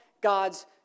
God's